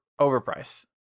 overpriced